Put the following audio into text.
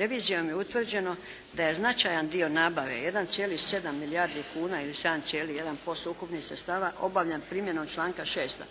Revizijom je utvrđeno da je značajan dio nabave 1,7 milijardi kuna ili 7,1% ukupnih sredstava obavljan primjenom članka 6.